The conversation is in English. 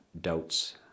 doubts